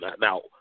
Now